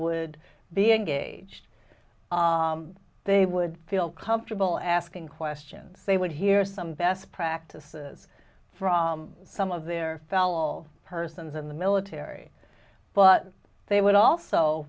would be engaged they would feel comfortable asking questions they would hear some best practices from some of their fellow all persons in the military but they would also